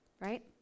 right